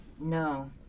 No